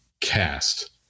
cast